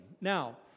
Now